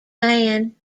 man